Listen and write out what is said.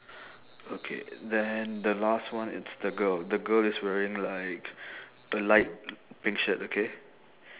okay then the last one it's the girl the girl is wearing like a light pink shirt okay